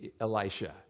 Elisha